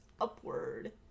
upward